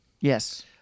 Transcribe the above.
yes